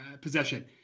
possession